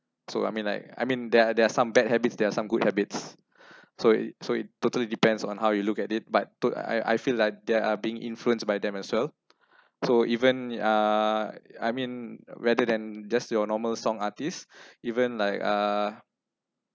so I mean like I mean there are there are some bad habits there are some good habits so it so it totally depends on how you look at it but I I feel like they are being influenced by them as well so even uh I mean rather than just your normal song artist even like uh